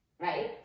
right